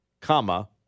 comma